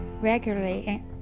regularly